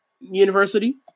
University